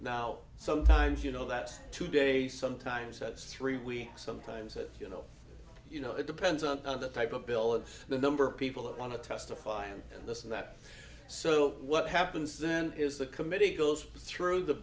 now sometimes you know that two days sometimes that's three weeks sometimes it you know you know it depends on the type of bill of the number of people that want to testify and this and that so what happens then is the committee goes through the